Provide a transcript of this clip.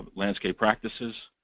landscape practices.